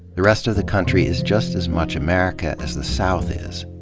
the rest of the country is just as much america as the south is.